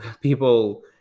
people